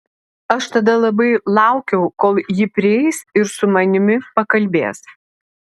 aš tada labai laukiau kol ji prieis ir su manimi pakalbės